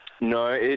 No